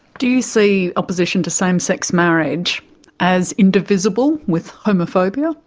do you see opposition to same-sex marriage as indivisible with homophobia?